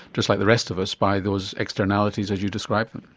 just like the rest of us, by those externalities, as you describe them.